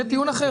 זה טיעון אחר.